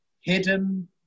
hidden